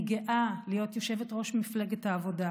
אני גאה להיות יושבת-ראש מפלגת העבודה,